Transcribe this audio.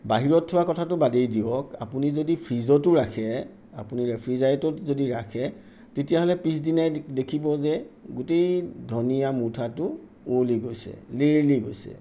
বাহিৰত থোৱা কথাটো বাদেই দিয়ক আপুনি যদি ফ্ৰিজটো ৰাখে আপুনি ৰেফ্ৰিজাৰেটত যদি ৰাখে তেতিয়াহ'লে পিছদিনাই দে দেখিব যে গোটেই ধনীয়া মুঠাটো উৱঁলি গৈছে লেৰেলি গৈছে